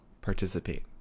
participate